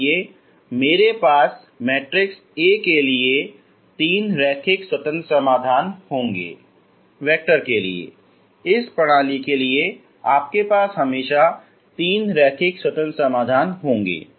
इसलिए मेरे पास मैट्रिक्स A के लिए तीन रैखिक स्वतंत्र समाधान होंगे वेक्टर के लिए इस प्रणाली के लिए आपके पास हमेशा तीन रैखिक स्वतंत्र समाधान होंगे